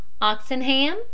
Oxenham